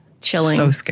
chilling